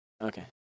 Okay